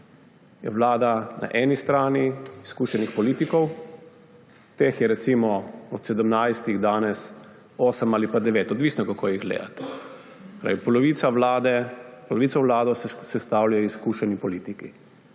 Je vlada na eni strani izkušenih politikov, teh je recimo od 17 danes 8 ali pa 9, odvisno, kako jih gledate. Polovico vlade sestavljajo izkušeni politiki.